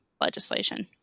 legislation